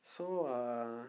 so uh